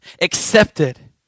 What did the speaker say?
Accepted